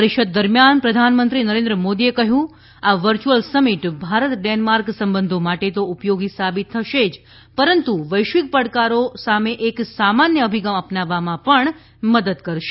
પરિષદ દરમિયાન પ્રધાનમંત્રી નરેન્દ્ર મોદીએ કહ્યું કે આ વર્ચ્યુઅલ સમિટ ભારત ડેનમાર્ક સંબંધો માટે તો ઉપયોગી સાબિત થશે જ પરંતુ વૈશ્વિક પડકારો સામેએક સામાન્ય અભિગમ અપનાવવામાં પણ મદદ કરશે